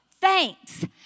thanks